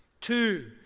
Two